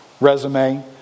resume